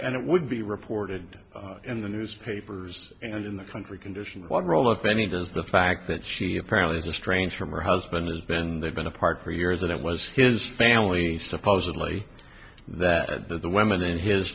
and it would be reported in the newspapers and in the country condition what role if any does the fact that she apparently the strains from her husband has been they've been apart for years and it was his family supposedly that had that the women in his